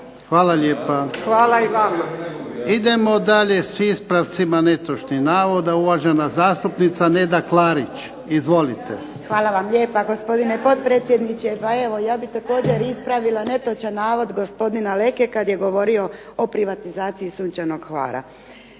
**Jarnjak, Ivan (HDZ)** Idemo dalje s ispravcima netočnih navoda. Uvažena zastupnica Neda Klarić, izvolite. **Klarić, Nedjeljka (HDZ)** Hvala vam lijepa gospodine potpredsjedniče. Pa evo ja bih također ispravila netočan navod gospodina Leke kad je govorio o privatizaciji Sunčanog Hvara.